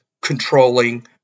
controlling